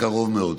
בקרוב מאוד.